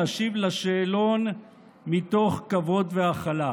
להשיב לשאלון מתוך כבוד והכלה.